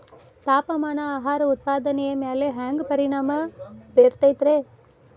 ತಾಪಮಾನ ಆಹಾರ ಉತ್ಪಾದನೆಯ ಮ್ಯಾಲೆ ಹ್ಯಾಂಗ ಪರಿಣಾಮ ಬೇರುತೈತ ರೇ?